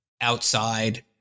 outside